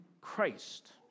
Christ